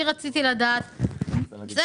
התוכנית